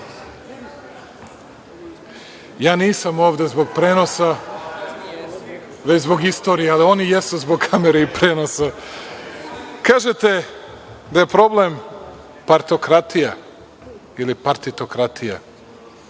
ja nisam ovde zbog prenosa, već zbog istorije, ali oni jesu zbog kamere i prenosa. Kažete da je problem partokratija ili partitokratija,